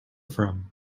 from